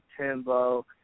Timbo